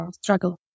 struggle